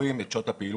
שתבין את